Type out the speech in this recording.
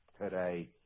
today